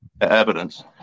evidence